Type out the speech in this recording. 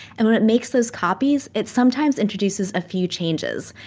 and when it makes those copies, it sometimes introduces a few changes.